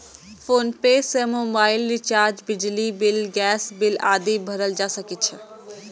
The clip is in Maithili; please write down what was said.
फोनपे सं मोबाइल रिचार्ज, बिजली बिल, गैस बिल आदि भरल जा सकै छै